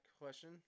question